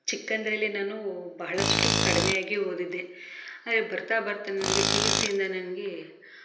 ಚಿಕ್ಕಂದ್ರಲ್ಲಿ ನಾನು ಬಹಳಷ್ಟು ಕಡಿಮೆಗೆ ಓದಿದ್ದೆ ಆರೆ ಬರ್ತಾ ಬರ್ತಾ ನನಗೆ ಪಿ ಯು ಸಿಯಿಂದ ನನಗೆ